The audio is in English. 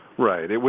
Right